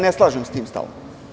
Ne slažem se sa tim stavom.